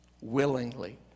willingly